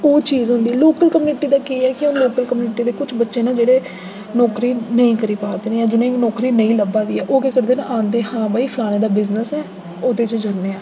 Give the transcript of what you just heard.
ओह् चीज होंदी लोकल कम्युनिटी दा केह् ऐ कि लोकल कम्युनिटी दे किश बच्चे न जेह्ड़े बच्चे नौकरी नेईं करी पा दे जां जि'नें ई नौकरी नेईं लब्भै दी ऐ ओह् केह् करदे न औंदे हां भई फलानै दा बिजनेस ऐ ते ओह्दे च जन्ने आं